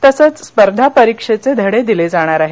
तसंच स्पर्धा परीक्षेचे धडे दिले जाणार आहेत